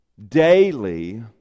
daily